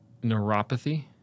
neuropathy